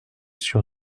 sur